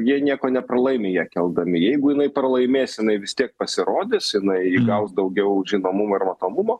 jie nieko nepralaimi ją keldami jeigu jinai pralaimės jinai vis tiek pasirodys na įgaus daugiau žinomumo ir matomumo